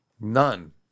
None